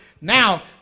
Now